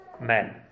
men